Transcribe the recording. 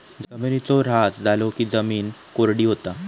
जिमिनीचो ऱ्हास झालो की जिमीन कोरडी होता